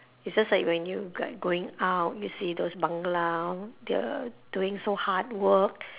it's just like when you like going out you see those bangla they're doing so hard work